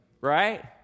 Right